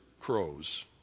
crows